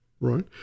Right